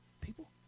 people